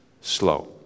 slow